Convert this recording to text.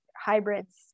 hybrids